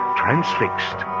transfixed